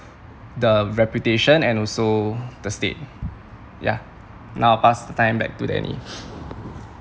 the reputation and also the state ya now I pass the time back to danny